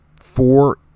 four